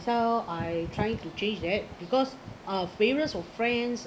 so I try to change that because uh various or friends